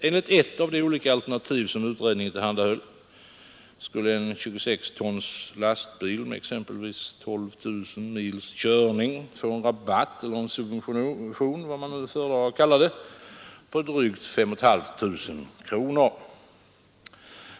Enligt ett av de olika alternativ som utredningen tillhandahöll skulle en 26-tons lastbil med exempelvis 12 000 mils körning få en rabatt eller subvention, vad man nu föredrar att kalla det, på drygt 5 500 kronor.